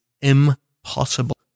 impossible